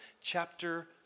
chapter